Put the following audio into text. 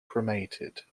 cremated